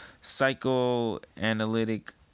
psychoanalytic